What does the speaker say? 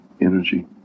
energy